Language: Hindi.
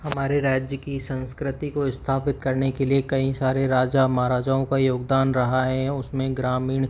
हमारे राज्य की संस्कृति को स्थापित करने के लिए कई सारे राजा महाराजाओं का योगदान रहा है उसमें ग्रामीण